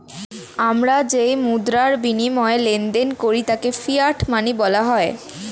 আমরা যেই মুদ্রার বিনিময়ে লেনদেন করি তাকে ফিয়াট মানি বলা হয়